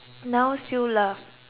now still love